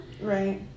Right